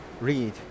read